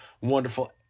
wonderful